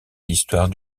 l’histoire